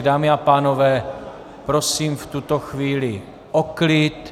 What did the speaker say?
Dámy a pánové, prosím v tuto chvíli o klid.